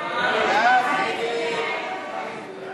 הודעת הממשלה על